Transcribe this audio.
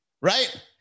right